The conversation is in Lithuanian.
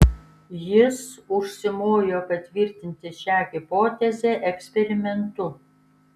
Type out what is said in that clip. jis užsimojo patvirtinti šią hipotezę eksperimentu